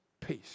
peace